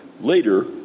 Later